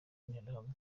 n’interahamwe